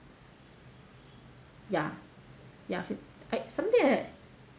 ya ya f~ I something like that